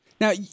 Now